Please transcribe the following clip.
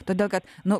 tada kad nu